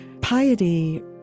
piety